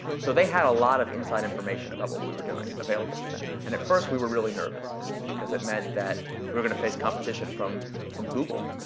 so they had a lot of inside information about what what we were doing available to them. and at first, we were really nervous because it meant that we were gonna face competition from from google.